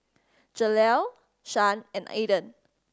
Jaleel Shan and Aydan